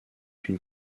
une